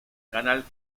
canal